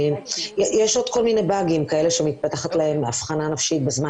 יש עוד כל מיני באגים שמתפתחת להם אבחנה נפשית בזמן